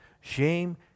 shame